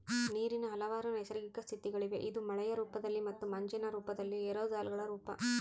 ನೀರಿನ ಹಲವಾರು ನೈಸರ್ಗಿಕ ಸ್ಥಿತಿಗಳಿವೆ ಇದು ಮಳೆಯ ರೂಪದಲ್ಲಿ ಮತ್ತು ಮಂಜಿನ ರೂಪದಲ್ಲಿ ಏರೋಸಾಲ್ಗಳ ರೂಪ